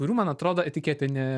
kurių man atrodo etiketė ne